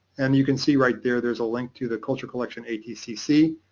and you can see right there there's a link to the culture collection atcc.